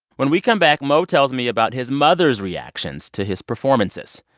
when we come back, mo tells me about his mother's reactions to his performances.